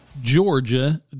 Georgia